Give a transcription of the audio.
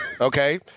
okay